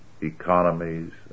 economies